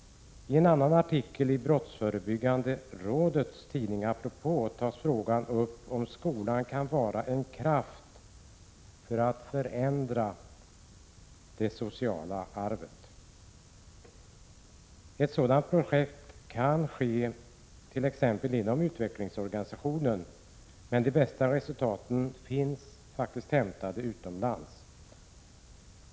I en annan artikel i brottsförebyggande rådets tidning Apropå tas frågan upp om skolan kan vara en kraft för att förändra det sociala arvet. Ett sådant projekt kan genomföras t.ex. inom utvecklingsorganisationen. Men de bästa resultaten finns hämtade utomlands.